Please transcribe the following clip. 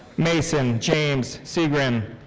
mason james cigrand.